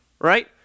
right